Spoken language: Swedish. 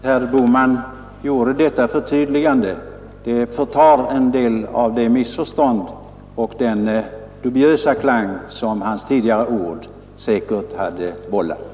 Herr talman! Jag är glad för att herr Bohman gjorde detta förtydligande; det förtar en del av det missförstånd och den dubiösa klang som hans tidigare ord säkert hade vållat.